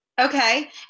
Okay